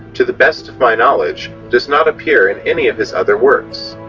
to the best of my knowledge, does not appear in any of his other works